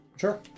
Sure